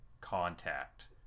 contact